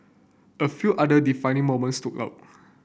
a few other defining moments stood out